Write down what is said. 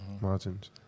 Margins